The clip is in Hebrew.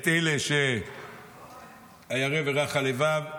את אלה שהם ה"ירא ורך הלבב",